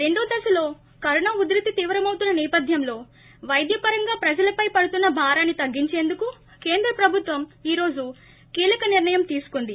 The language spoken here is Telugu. రెండో దశలో కరోనా ఉద్దతి తీవ్రమవుతోన్న నేపథ్యంలో వైద్యపరంగా ప్రజలపై పడుతున్న భారాన్ని తగ్గించేందుకు కేంద్ర ప్రభుత్వం ఈ రోజు కీలక నిర్ణయం తీసుకుంది